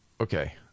Okay